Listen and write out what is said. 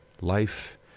life